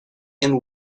and